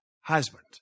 husband